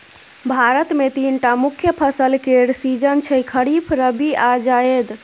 भारत मे तीनटा मुख्य फसल केर सीजन छै खरीफ, रबी आ जाएद